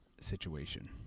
situation